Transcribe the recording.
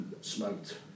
smoked